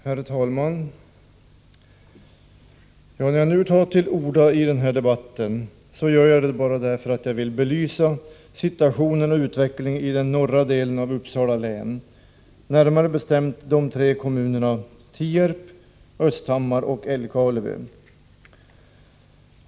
Herr talman! När jag nu tar till orda i denna debatt gör jag det enbart därför att jag vill belysa situationen och utvecklingen i den norra delen av Uppsala län, närmare bestämt i de tre kommunerna Tierp, Östhammar och Älvkarleby.